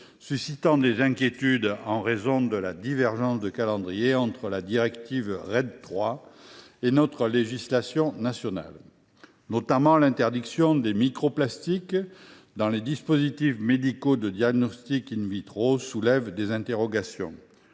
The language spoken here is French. suscite des inquiétudes en raison de la divergence de calendriers entre la directive RED III et notre législation nationale. L’interdiction des microplastiques dans les dispositifs médicaux de diagnostic soulève notamment des interrogations